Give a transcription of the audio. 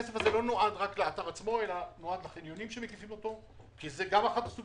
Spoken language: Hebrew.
הבעיות של הבטיחות ושל עומס הקהל נוגעות גם לחניונים.